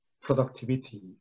productivity